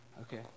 okay